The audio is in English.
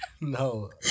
No